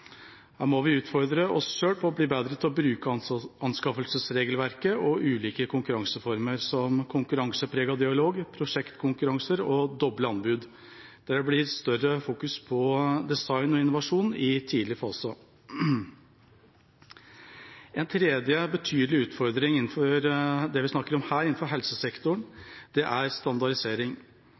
Her må vi utfordre oss selv til å bli bedre til å bruke anskaffelsesregelverket og ulike konkurranseformer som konkurransepreget dialog, prosjektkonkurranser og doble anbud, der det i større grad blir fokusert på design og innovasjon i tidlig fase. En tredje betydelig utfordring innenfor det vi snakker om her – helsesektoren – er standardisering.